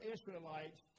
Israelites